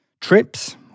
TRIPS